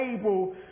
able